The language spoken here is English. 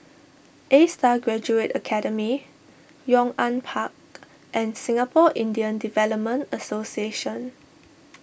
A Star Graduate Academy Yong An Park and Singapore Indian Development Association